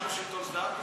מה זה שלטון זר?